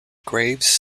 graves